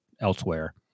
elsewhere